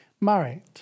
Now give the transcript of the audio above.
married